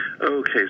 Okay